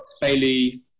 Bailey